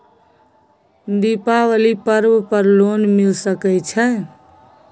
दीपावली पर्व पर लोन मिल सके छै?